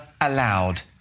allowed